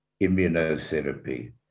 immunotherapy